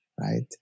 right